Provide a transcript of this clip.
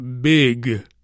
big